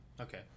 okay